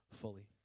fully